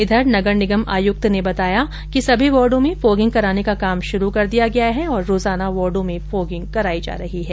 इधर नगर निगम आयुक्त डॉ राजेश गोयल ने बताया कि सभी वाडॉ में फोगिंग कराने का काम शुरू कर दिया गया है और रोजाना वार्डों में फोगिंग कराई जा रही है